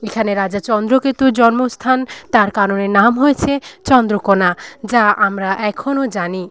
এখানে রাজা চন্দ্রকেতুর জন্মস্থান তার কারণে নাম হয়েছে চন্দ্রকোণা যা আমরা এখনো জানি